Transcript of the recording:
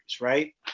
right